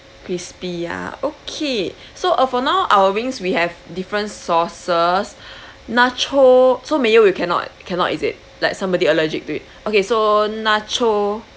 crispy ah okay so err for now our wings we have different sauces nacho so mayo you cannot cannot is it like somebody allergic to it okay so nacho